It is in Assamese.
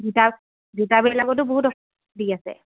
জোতা জোতা বিলাকতেটো বহুত অ'ফাৰ দি আছে